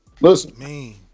Listen